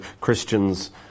Christians